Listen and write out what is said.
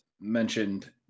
mentioned